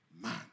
man